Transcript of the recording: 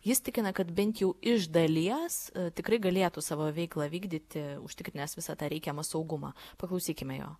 jis tikina kad bent jau iš dalies tikrai galėtų savo veiklą vykdyti užtikrinęs visą tą reikiamą saugumą paklausykime jo